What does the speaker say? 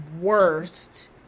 worst